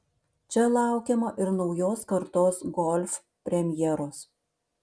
čia laukiama ir naujos kartos golf premjeros